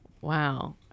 Wow